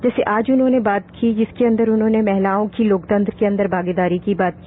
जैसे आज उन्होंने बात की जिसकी अंदर उन्होंने महिलाओं की लोकतंत्र के अंदर भागीदारी की बात की